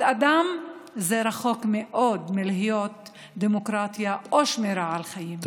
האדם זה רחוק מאוד מלהיות דמוקרטיה או שמירה על חיים.